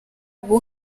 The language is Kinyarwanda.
ubu